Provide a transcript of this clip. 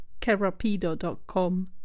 kerapido.com